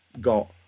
got